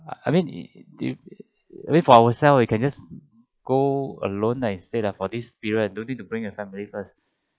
I mean it it it I mean for ourselves we can just go alone let said ah for this period don't need to bring the family first